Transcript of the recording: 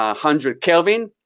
ah hundred kelvin.